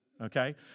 Okay